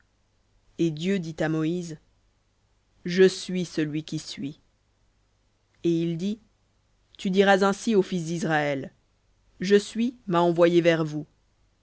et dieu dit à moïse je suis celui qui suis et il dit tu diras ainsi aux fils d'israël je suis m'a envoyé vers vous